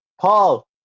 Paul